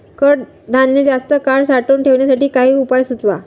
कडधान्य जास्त काळ साठवून ठेवण्यासाठी काही उपाय सुचवा?